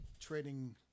trading